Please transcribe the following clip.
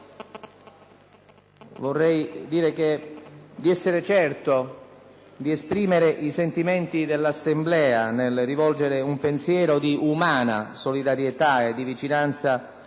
Colleghi, sono certo di esprimere i sentimenti dell'Assemblea nel rivolgere un pensiero di umana solidarietà e vicinanza